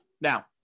Now